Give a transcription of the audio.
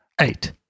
eight